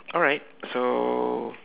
alright so